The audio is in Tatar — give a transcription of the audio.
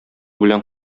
белән